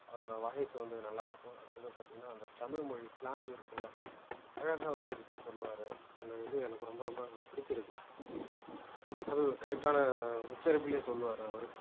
அவரோடய வாய்ஸ்ஸு வந்து நல்லாயிருக்கும் அதில் பார்த்தீங்கன்னா அந்த தமிழ் மொழி ஸ்லாங்கு இருக்குல்லை அழகாக உச்சரிச்சு சொல்லுவார் அந்த இது எனக்கு ரொம்ப ரொம்ப பிடிச்சிருக்கு அதுவும் கரெக்டான உச்சரிப்பிலியே சொல்லுவார் அவர்